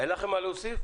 אין לכם מה להוסיף?